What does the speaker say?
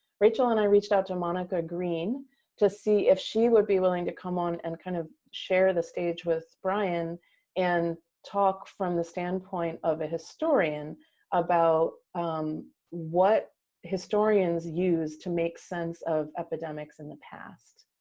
rachel and i reached out to monica green to see if she would be willing to come on and kind of share the stage with brian and talk from the standpoint of a historian about what historians use to make sense of epidemics in the past.